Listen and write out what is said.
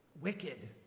wicked